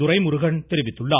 துரைமுருகன் தெரிவித்துள்ளார்